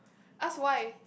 ask why